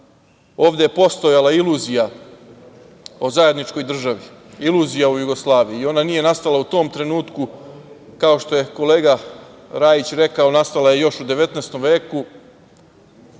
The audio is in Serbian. ovde je postojala iluzija o zajedničkoj državi, iluzija o Jugoslaviji, i ona nije nastala u tom trenutku kao što je kolega Rajić rekao, nastala je još u 19.